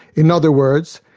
in other words,